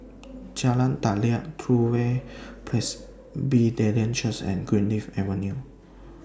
Jalan Daliah True Way Presbyterian Church and Greenleaf Avenue